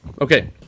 Okay